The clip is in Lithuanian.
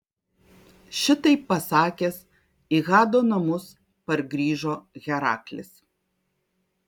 šitai pasakęs į hado namus pargrįžo heraklis